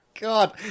god